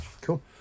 cool